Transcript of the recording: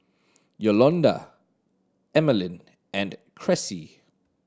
Yolonda Emaline and Cressie